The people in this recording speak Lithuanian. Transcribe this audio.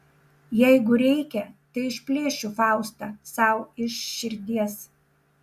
jeigu reikia tai išplėšiu faustą sau iš širdies